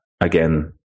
again